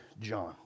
John